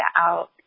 out